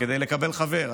כדי לקבל חבר.